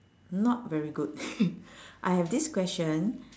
not very good I have this question